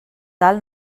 dalt